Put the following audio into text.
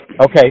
okay